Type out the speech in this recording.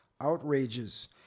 outrages